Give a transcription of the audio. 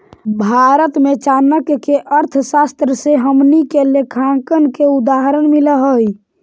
भारत में चाणक्य के अर्थशास्त्र से हमनी के लेखांकन के उदाहरण मिल हइ